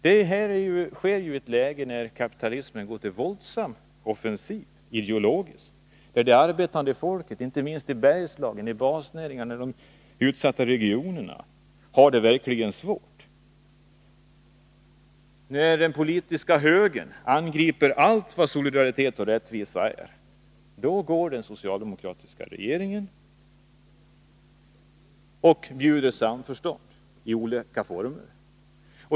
Detta sker i ett läge när kapitalismen går till våldsam offensiv ideologiskt, när det arbetande folket i basnäringarna, inte minst i Bergslagen och andra utsatta regioner, verkligen har det svårt. När den politiska högern angriper allt vad solidaritet och rättvisa är går den socialdemokratiska regeringen och bjuder samförstånd i olika former.